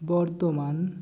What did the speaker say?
Bardhaman